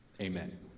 Amen